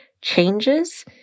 changes